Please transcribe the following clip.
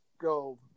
go